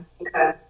Okay